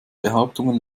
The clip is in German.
behauptungen